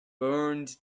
burned